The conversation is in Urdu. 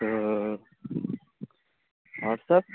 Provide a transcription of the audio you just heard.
تو اور سب